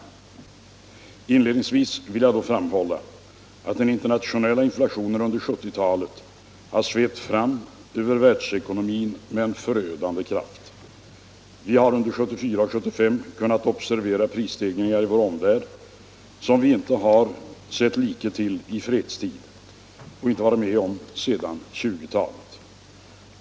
Om åtgärder för att Inledningsvis vill jag då framhålla att den internationella inflationen — dämpa inflationen, under 1970-talet svept fram över världsekonomin med en förödande kraft. — m.m. Vi har under 1974 och 1975 kunnat observera prisstegringar i vår omvärld, vilkas like vi i fredstid inte varit med om sedan 1920-talet.